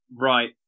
Right